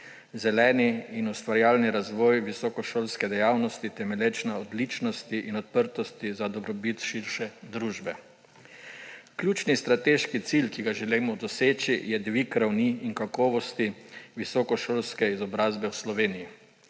Zeleni in ustvarjalni razvoj visokošolske dejavnosti, temelječ na odličnosti in odprtosti za dobrobit širše družbe. Ključni strateški cilj, ki ga želimo doseči, je dvig ravni in kakovosti visokošolske izobrazbe v Sloveniji,